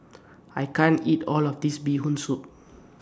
I can't eat All of This Bee Hoon Soup